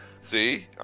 See